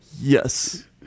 Yes